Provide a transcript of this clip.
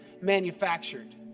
manufactured